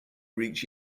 reach